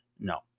No